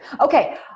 Okay